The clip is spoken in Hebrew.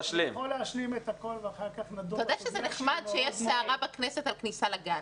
זה נחמד שיש סערה בכנסת על כניסה לגן.